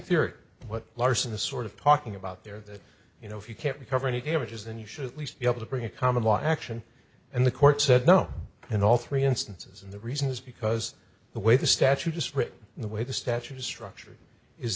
fear what larcenous sort of talking about there that you know if you can't recover any damages then you should at least be able to bring a common law action and the court said no in all three instances and the reason is because the way the statute disparate the way the statute is structured is